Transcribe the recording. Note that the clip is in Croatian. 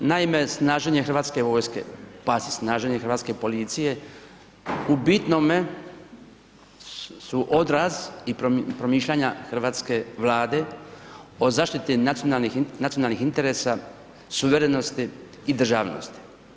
Naime, snaženje hrvatske vojske pa snaženje hrvatske policije u bitnom su odraz i promišljanja hrvatske Vlade o zaštiti nacionalnih interesa, suverenosti i državnosti.